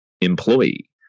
employee